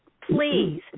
Please